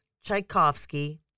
Tchaikovsky